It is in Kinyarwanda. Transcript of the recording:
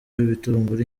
ibitunguru